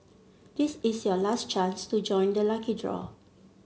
this is your last chance to join the lucky draw